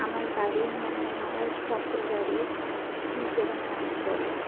আমার বাড়ি মানে আমার বাপের বাড়ি গ্রাম অঞ্চলে